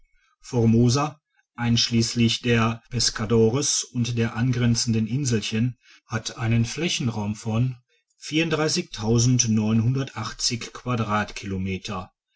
einschliesslich der pescadores und der angrenzenden inselchen hat einen flächenraum von